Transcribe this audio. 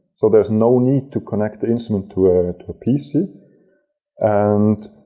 so, there's no need to connect the instrument to a ah pc and